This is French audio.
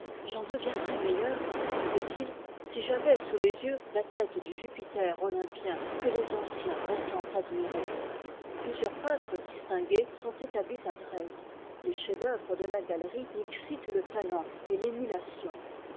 deviendrais meilleur disait-il a am sous m yeux s e du jupiter olympien me les anciens ont tant admirée plusieurs peintres distingués sont étabtis à dresde les chefs-d'œuvre de la galerie y excitent lé talent et l'émulation